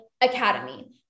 academy